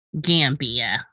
Gambia